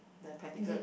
the tentacle